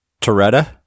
Toretta